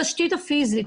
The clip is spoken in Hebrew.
התשתיות הפיזית,